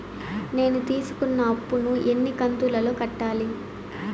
నేను తీసుకున్న అప్పు ను ఎన్ని కంతులలో కట్టాలి?